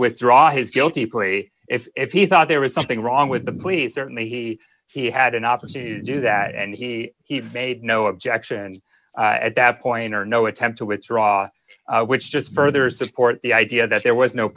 withdraw his guilty plea if he thought there was something wrong with the police certainly he had an opportunity to do that and he made no objection at that point or no attempt to withdraw which just further support the idea that there was no